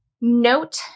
Note